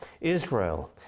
Israel